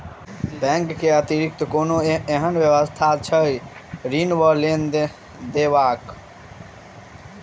Bank केँ अतिरिक्त कोनो एहन व्यवस्था छैक ऋण वा लोनदेवाक?